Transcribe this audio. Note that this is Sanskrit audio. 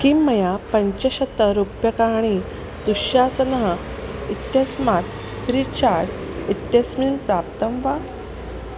किं मया पञ्चशतं रूप्यकाणि दुश्शासनः इत्यस्मात् फ़्रीचार्ज् इत्यस्मिन् प्राप्तं वा